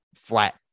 flat